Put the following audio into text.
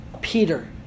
Peter